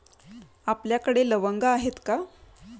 आपल्याकडे लवंगा आहेत का?